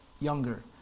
younger